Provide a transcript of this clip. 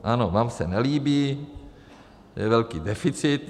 Ano, vám se nelíbí, je velký deficit.